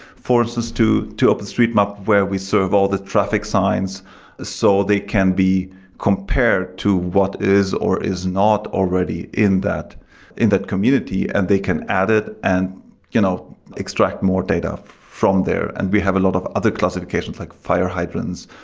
for instance, to to openstreetmap where we serve all the traffic signs ah so they can be compared to what is or is not already in that in that community and they can add it and you know extract more data from there, and we have a lot of other classifications, like fire hydrants,